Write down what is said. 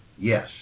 Yes